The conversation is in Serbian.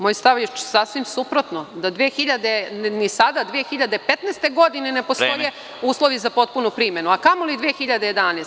Moj stav je sasvim suprotno, da ni sada 2015. godine ne postoje uslovi za potpunu primenu, a kamoli 2011. godine.